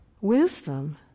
wisdom